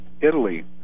Italy